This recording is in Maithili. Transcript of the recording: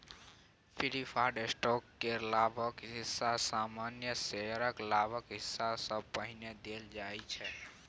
प्रिफर्ड स्टॉक केर लाभक हिस्सा सामान्य शेयरक लाभक हिस्सा सँ पहिने देल जाइ छै